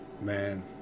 man